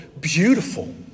beautiful